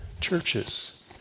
churches